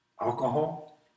Alcohol